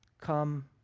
come